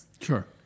Sure